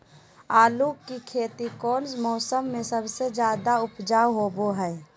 आलू की खेती कौन मौसम में सबसे अच्छा उपज होबो हय?